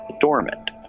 dormant